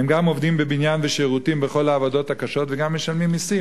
הם גם עובדים בבניין ושירותים וכל העבודות הקשות והם גם משלמים מסים,